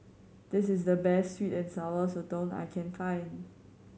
this is the best sweet and Sour Sotong I can find